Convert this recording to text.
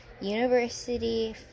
University